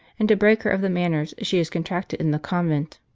and to break her of the manners she has con tracted in the convent.